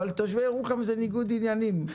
אבל תושבי ירוחם זה ניגוד עניינים.